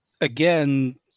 again